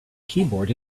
keyboard